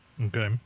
Okay